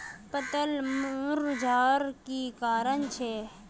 पत्ताला मुरझ्वार की कारण छे?